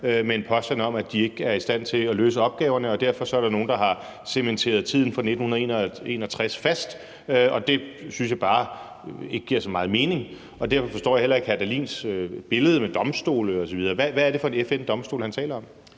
med en påstand om, at de ikke er i stand til at løse opgaverne, og derfor er der nogen, der har cementeret tiden fra 1961 fast. Det synes jeg bare ikke giver så meget mening, og derfor forstår jeg heller ikke hr. Morten Dahlins billede med domstole osv. Hvad er det for en FN-domstol, han taler om?